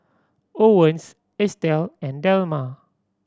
Owens Estelle and Delmer